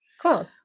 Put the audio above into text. Cool